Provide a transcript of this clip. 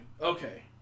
okay